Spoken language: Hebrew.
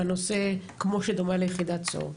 בנושא, כמו שדומה ליחידת צור.